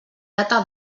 data